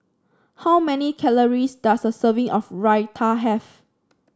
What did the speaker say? how many calories does a serving of Raita have